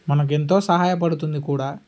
మనకి ఎంతో సహాయపడుతుంది కూడా